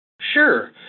Sure